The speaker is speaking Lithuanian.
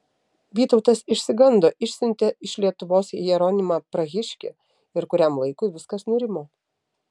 vytautas išsigando išsiuntė iš lietuvos jeronimą prahiškį ir kuriam laikui viskas nurimo